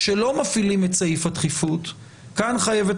כשלא מפעילים את סעיף הדחיפות כאן חייבת